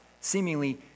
seemingly